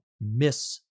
miss